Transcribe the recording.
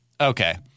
Okay